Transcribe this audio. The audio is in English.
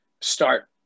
start